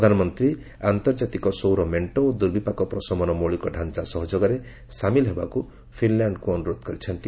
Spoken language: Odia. ପ୍ରଧାନମନ୍ତ୍ରୀ ଆନ୍ତର୍ଜାତିକ ସୌର ମେଣ୍ଟ ଓ ଦୁର୍ବିପାକ ପ୍ରଶମନ ମୌଳିକ ଢାଞ୍ଚା ସହଯୋଗରେ ସାମିଲ ହେବାକୁ ଫିନ୍ଲାଣ୍ଡକୁ ଅନୁରୋଧ କରିଛନ୍ତି